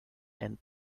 and